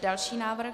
Další návrh.